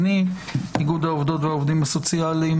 מאיגוד העובדות והעובדים הסוציאליים